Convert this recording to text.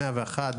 101,